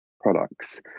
products